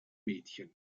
mädchen